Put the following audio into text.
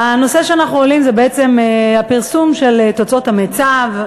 הנושא שאנחנו מעלים הוא בעצם הפרסום של תוצאות המיצ"ב,